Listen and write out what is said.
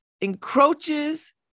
encroaches